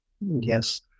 Yes